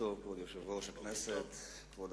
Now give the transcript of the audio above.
כבוד יושב-ראש הכנסת, בוקר טוב, בוקר טוב.